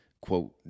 quote